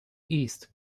east